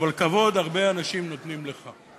אבל כבוד הרבה אנשים נותנים לך.